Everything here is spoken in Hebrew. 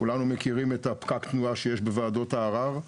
כולנו מכירים את פקק התנועה שיש בוועדות הערר,